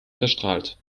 verstrahlt